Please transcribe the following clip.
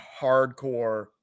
hardcore